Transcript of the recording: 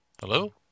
Hello